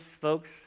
folks